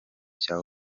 cya